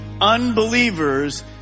unbelievers